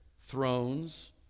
thrones